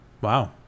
Wow